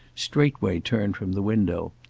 straightway turned from the window.